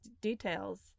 details